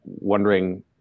wondering